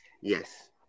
Yes